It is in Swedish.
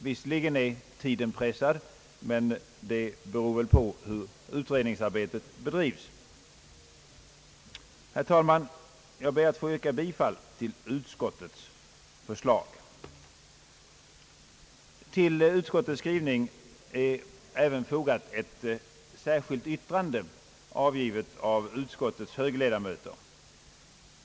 Visserligen är man pressad av tidsbrist, men det beror väl på hur utredningsarbetet bedrivs. Herr talman! Jag ber att få yrka bifall till utskottets förslag. Till utskottets utlåtande är även fogat ett särskilt yttrande, avgivet av utskottets högerledamöter.